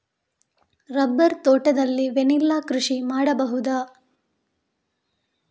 Rubber ತೋಟದಲ್ಲಿ vanilla ಕೃಷಿ ಮಾಡಬಹುದಾ?